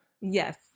Yes